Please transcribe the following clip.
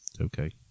Okay